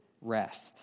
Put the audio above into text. rest